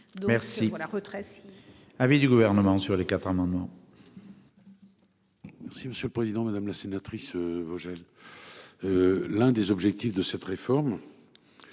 retraite. Avis du gouvernement, sur les quatre un moment. Merci monsieur le président, madame la sénatrice Vogel. L'un des objectifs de cette réforme.